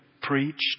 preached